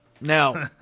Now